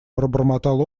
пробормотал